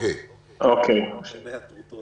מברכים על כך שהממשלה לא מבקשת לחדש את